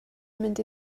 mynd